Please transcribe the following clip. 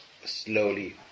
slowly